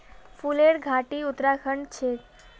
फूलेर घाटी उत्तराखंडत छे